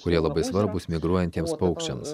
kurie labai svarbūs migruojantiems paukščiams